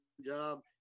job